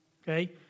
Okay